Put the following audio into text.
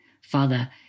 Father